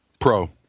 Pro